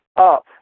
up